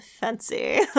fancy